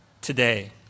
today